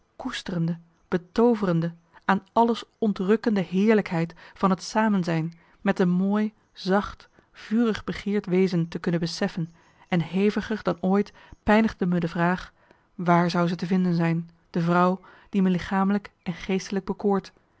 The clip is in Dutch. koesterende betooverende aan alles ontrukkende heerlijkheid van het samenzijn met een mooi zacht vurig begeerd wezen te kunnen beseffen en heviger dan ooit pijnigde me de vraag waar zou zij te vinden zijn de vrouw die me lichamelijk en geestelijk bekoort